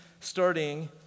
starting